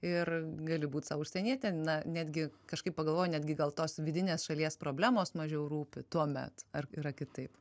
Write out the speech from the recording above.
ir gali būt sau užsienietė na netgi kažkaip pagalvojau netgi gal tos vidinės šalies problemos mažiau rūpi tuomet ar yra kitaip